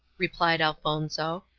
replied elfonzo,